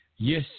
Yes